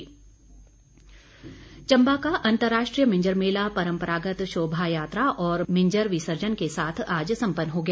मिंजर मेला चम्बा का अंतर्राष्ट्रीय मिंजर मेला परम्परागत शोभा यात्रा और मिंजर विसर्जन के साथ आज संपन्न हो गया